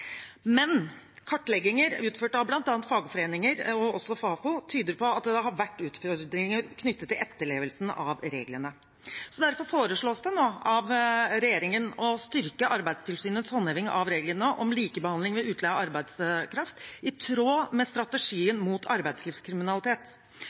Men kartlegginger utført av bl.a. fagforeninger og også Fafo tyder på at det har vært utfordringer knyttet til etterlevelsen av reglene. Derfor foreslås det nå av regjeringen å styrke Arbeidstilsynets håndheving av reglene om likebehandling ved utleie av arbeidskraft, i tråd med